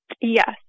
Yes